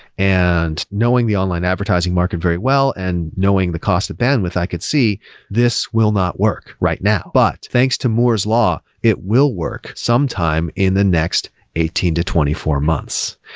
and knowing the online advertising market very well and knowing the cost of bandwidth, i could see this will not work right now. but thanks to moore's law, it will work sometime in the next eighteen to twenty four months.